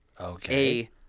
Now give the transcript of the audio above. Okay